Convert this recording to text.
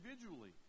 individually